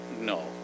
No